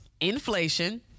Inflation